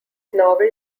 novel